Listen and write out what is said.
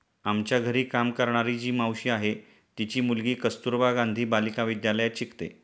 आमच्या घरी काम करणारी जी मावशी आहे, तिची मुलगी कस्तुरबा गांधी बालिका विद्यालयात शिकते